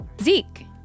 Zeke